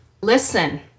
Listen